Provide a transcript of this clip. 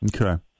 Okay